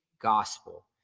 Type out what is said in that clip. gospel